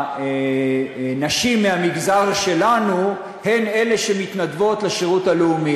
הנשים מהמגזר שלנו הן אלה שמתנדבות לשירות הלאומי,